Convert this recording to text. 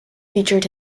featured